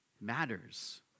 matters